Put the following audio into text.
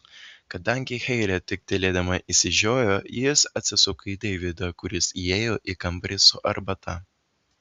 kadangi heilė tik tylėdama išsižiojo jis atsisuko į deividą kuris įėjo į kambarį su arbata